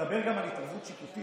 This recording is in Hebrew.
שמדבר גם על התערבות שיפוטית